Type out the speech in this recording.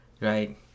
Right